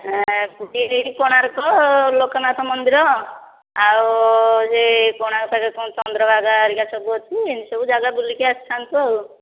ଏ ପୁରୀ କୋଣାର୍କ ଲୋକନାଥ ମନ୍ଦିର ଆଉ ଯେ କୋଣାର୍କରେ କଣ ଚନ୍ଦ୍ରଭାଗା ହାରିକା ସବୁଅଛି ଏମିତି ସବୁ ଜାଗା ବୁଲିକି ଅସିଥାଆନ୍ତୁ ଆଉ